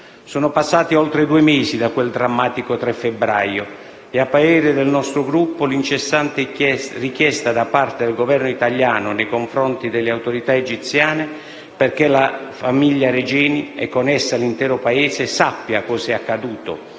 Sono passati oltre due mesi da quel drammatico 3 febbraio e a parere del nostro Gruppo l'incessante richiesta da parte del Governo italiano nei confronti delle autorità egiziane perché la famiglia Regeni - e con essa l'intero Paese - sappia cosa è accaduto,